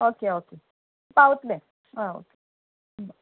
okay okay पावतलें आं okay